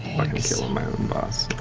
kill my own boss.